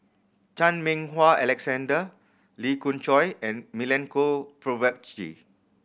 Chan Meng Wah Alexander Lee Khoon Choy and Milenko Prvacki